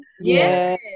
Yes